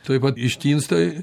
tuoj pat ištinsta